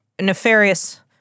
nefarious